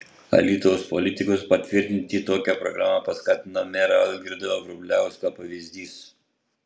alytaus politikus patvirtinti tokią programą paskatino mero algirdo vrubliausko pavyzdys